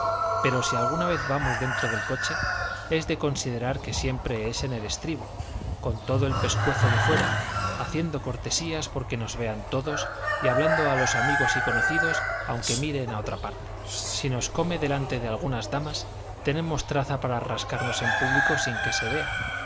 pero si alguna vez vamos dentro del coche es de considerar que siempre es en el estribo con todo el pescuezo de fuera haciendo cortesías porque nos vean todos y hablando a los amigos y conocidos aunque miren a otra parte si nos come delante de algunas damas tenemos traza para rascarnos en público sin que se vea